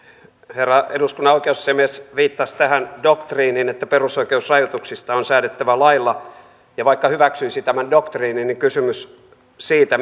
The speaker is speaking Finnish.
herra eduskunnan oikeusasiamies viittasi tähän doktriiniin että perusoikeusrajoituksista on säädettävä lailla ja vaikka hyväksyisi tämän doktriinin niin kysymys siitä